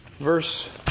verse